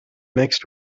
mixed